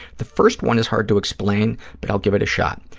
the first one is hard to explain but i'll give it a shot.